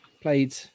played